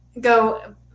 go